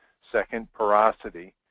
second porosity,